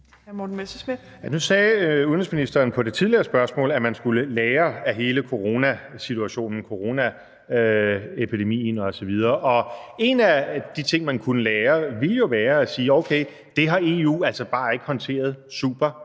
Nu sagde udenrigsministeren i forbindelse med det tidligere spørgsmål, at man skulle lære af hele coronasituationen, af coronaepidemien osv., og en af de ting, man kunne lære, kunne jo være, at det har EU jo altså bare ikke håndteret supergodt.